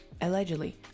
Allegedly